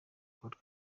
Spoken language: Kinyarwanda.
paul